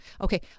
Okay